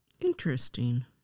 Interesting